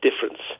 difference